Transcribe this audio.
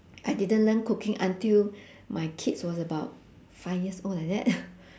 I didn't learn cooking until my kids was about five years old like that